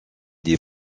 des